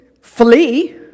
flee